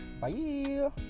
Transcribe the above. Bye